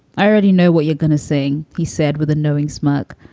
i already know what you're gonna sing, he said with a knowing smirk.